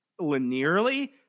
linearly